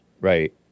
right